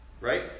Right